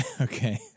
Okay